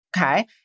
okay